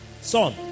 Son